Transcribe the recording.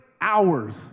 hours